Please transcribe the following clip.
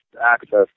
access